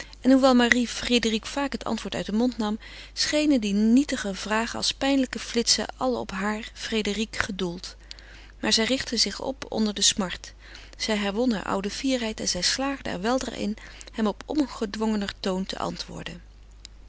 en hoewel marie frédérique vaak het antwoord uit den mond nam schenen die nietige vragen als pijnlijke flitsen alle op haar frédérique gedoeld maar zij richtte zich op onder de smart zij herwon hare oude fierheid en zij slaagde er weldra in hem op ongedwongener toon te antwoorden